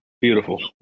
beautiful